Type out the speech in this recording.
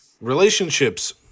Relationships